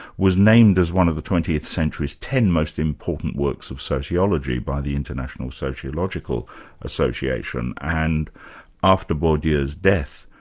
was named as one of the twentieth century's ten most important works of sociology by the international sociological association and after bourdieu's death,